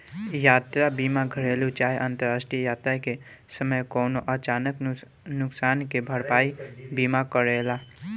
यात्रा बीमा घरेलु चाहे अंतरराष्ट्रीय यात्रा के समय कवनो अचानक नुकसान के भरपाई बीमा करेला